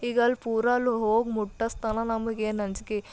ಈಗ ಅಲ್ಲಿ ಪೂರ ಅಲ್ಲಿ ಹೋಗಿ ಮುಟ್ಟಸ್ತನ ನಮಗೆ ಏನು ಅಂಜ್ಕೆ